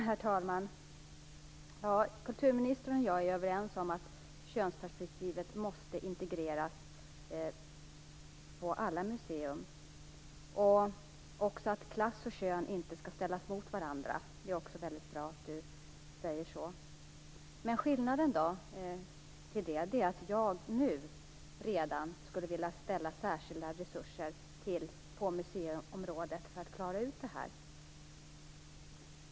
Herr talman! Kulturministern och jag är överens om att könsperspektivet måste integreras på alla museer. Vi är också överens om att klass och kön inte skall ställas mot varandra. Det är väldigt bra att kulturministern säger det. Skillnaden är att jag redan nu skulle vilja ställa särskilda resurser till förfogande på museiområdet för att klara ut det här.